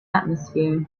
atmosphere